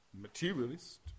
materialist